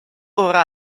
ora